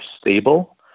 stable